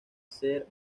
ser